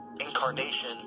incarnation